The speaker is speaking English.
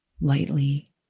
lightly